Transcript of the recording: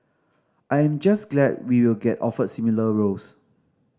I am just glad we will get offered similar roles